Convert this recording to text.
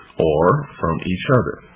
or from each other.